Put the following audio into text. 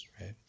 right